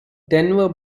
denver